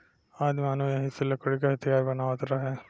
आदिमानव एही से लकड़ी क हथीयार बनावत रहे